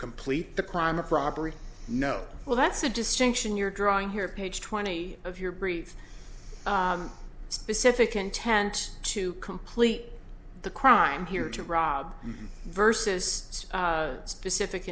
complete the crime of robbery no well that's a distinction you're drawing here page twenty of your brief specific intent to complete the crime here to rob versus specific